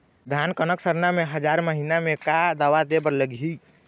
धान कनक सरना मे हजार महीना मे का दवा दे बर लगही?